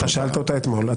אתה שאלת אותה אתמול,